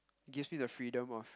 it gives me the freedom of